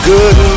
Good